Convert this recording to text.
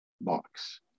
box